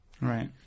Right